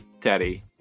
Teddy